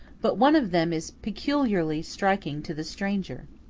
but one of them is peculiarly striking to the stranger.